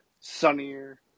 sunnier